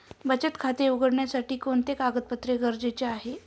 बचत खाते उघडण्यासाठी कोणते कागदपत्रे गरजेचे आहे?